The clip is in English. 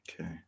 Okay